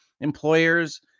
employers